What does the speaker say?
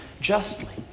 justly